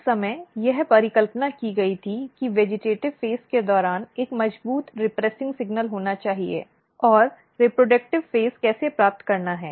उस समय यह परिकल्पना की गई थी कि वेजिटेटिव़ चरण के दौरान एक मजबूत रीप्रेशन सिगनल होना चाहिए और रीप्रडक्टिव फ़ेज़ कैसे प्राप्त करना है